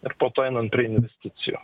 ir po to einant prie investicijų